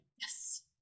Yes